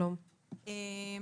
שלום לכולם,